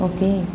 Okay